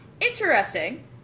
Interesting